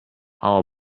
how